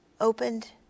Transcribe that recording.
opened